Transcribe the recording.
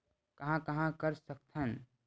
कहां कहां कर सकथन?